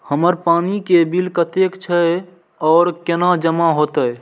हमर पानी के बिल कतेक छे और केना जमा होते?